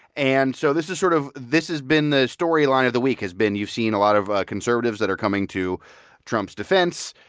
and so this is sort of this has been the storyline of the week has been you've seen a lot of conservatives that are coming to trump's defense,